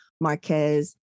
Marquez